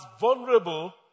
vulnerable